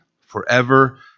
forever